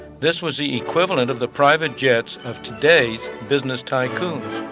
this was the equivalent of the private jets of today's business tycoons.